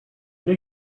knew